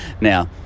now